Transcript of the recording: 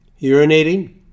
urinating